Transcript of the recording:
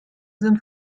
sind